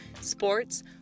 sports